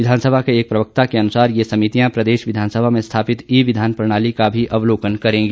विधानसभा के एक प्रवक्ता के अनुसार ये समितियां प्रदेश विधानसभा में स्थापित ई विधान प्रणाली का भी अवलोकन करेंगी